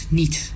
niet